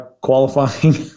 qualifying